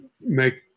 make